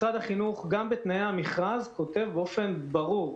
משרד החינוך גם בתנאי המכרז כותב באופן ברור,